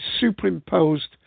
superimposed